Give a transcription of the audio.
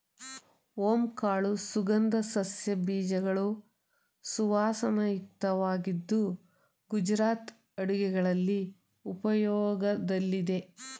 ಓಂ ಕಾಳು ಸುಗಂಧ ಸಸ್ಯ ಬೀಜಗಳು ಸುವಾಸನಾಯುಕ್ತವಾಗಿದ್ದು ಗುಜರಾತ್ ಅಡುಗೆಗಳಲ್ಲಿ ಉಪಯೋಗದಲ್ಲಿದೆ